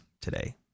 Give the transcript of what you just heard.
today